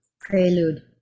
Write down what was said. prelude